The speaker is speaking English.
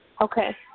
Okay